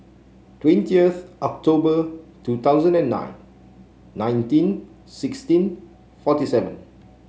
twenties October two thousand and nine nineteen sixteen forty seven